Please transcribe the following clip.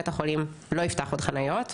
בית החולים לא יפתח עוד חניות,